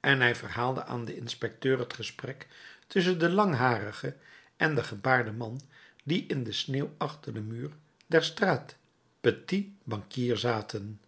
en hij verhaalde aan den inspecteur het gesprek tusschen den langharigen en den gebaarden man die in de sneeuw achter den muur der straat petit banquier zaten